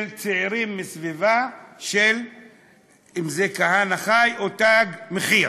של צעירים מסביבה עם חולצה של "כהנא חי" או "תג מחיר".